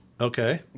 Okay